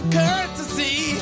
courtesy